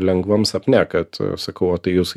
lengvam sapne kad sakau o tai jūs